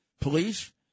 police